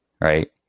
right